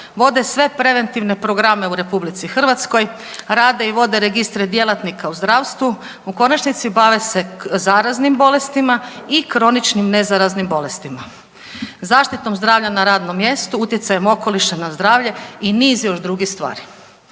vode sve preventivne programe u RH, rade i vode registre djelatnika u zdravstvu, u konačnici bave se zaraznim bolestima i kroničnim nezaraznim bolestima, zaštitom zdravlja na radnom mjestu, utjecajem okoliša na zdravlje i niz još drugih stvari.